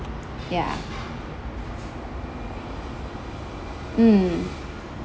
ya mm